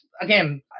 again